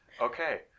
Okay